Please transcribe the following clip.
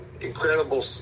incredible